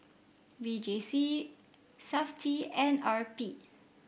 V J C Safti and R B